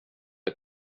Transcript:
are